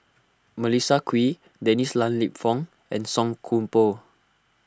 Melissa Kwee Dennis Lan Lip Fong and Song Koon Poh